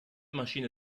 maschine